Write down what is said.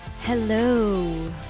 Hello